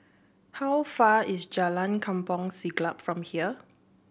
how far away is Jalan Kampong Siglap from here